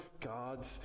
God's